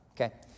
Okay